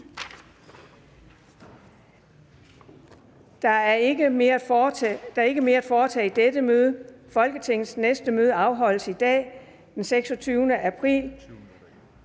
Der er ikke mere at foretage i dette møde. Folketingets næste møde afholdes i dag, den 26. april